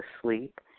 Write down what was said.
asleep